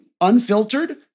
unfiltered